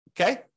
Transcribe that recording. okay